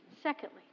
Secondly